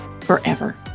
forever